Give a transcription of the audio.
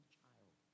child